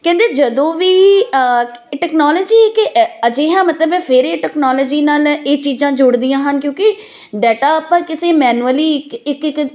ਕਹਿੰਦੇ ਜਦੋਂ ਵੀ ਟੈਕਨੋਲਜੀ ਇੱਕ ਅਜਿਹਾ ਮਤਲਬ ਫਿਰ ਇਹ ਟੈਕਨੋਲਜੀ ਨਾਲ ਇਹ ਚੀਜ਼ਾਂ ਜੁੜਦੀਆਂ ਹਨ ਕਿਉਂਕਿ ਡਾਟਾ ਆਪਾਂ ਕਿਸੇ ਮੈਨੂਲੀ ਇੱਕ ਇੱਕ ਇੱਕ